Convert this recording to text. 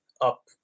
up